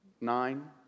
Nine